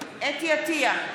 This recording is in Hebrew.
חוה אתי עטייה,